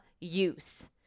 use